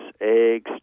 eggs